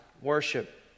worship